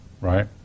Right